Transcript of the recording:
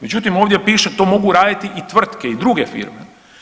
Međutim ovdje piše to mogu raditi i tvrtke i druge firme.